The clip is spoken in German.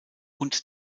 und